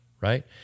right